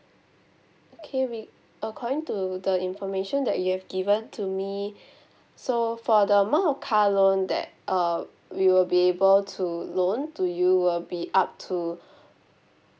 okay we according to the information that you have given to me so for the amount of car loan that uh we will be able to loan to you will be up to